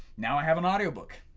now i have an audio book,